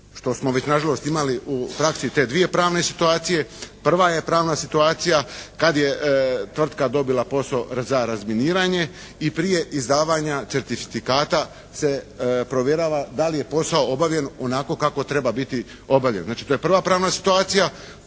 što smo već nažalost imali u praksi te dvije pravne situacije. Prva je pravna situacija kad je tvrtka dobila posao za razminiranje. I prije izdavanja certifikata se provjerava da li je posao obavljen onako kako treba biti obavljen. Znači to je prva pravna situacija.